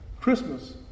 Christmas